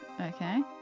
Okay